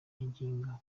ngingo